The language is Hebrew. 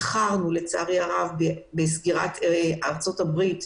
לצערי איחרנו בכמה ימים בלבד בסגירת השערים להגעה מארצות הברית.